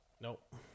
Nope